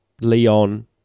leon